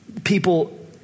people